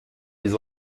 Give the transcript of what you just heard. les